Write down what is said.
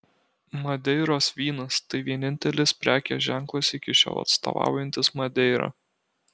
madeiros vynas tai vienintelis prekės ženklas iki šiol atstovaujantis madeirą